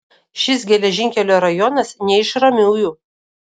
šis geležinkelio rajonas ne iš ramiųjų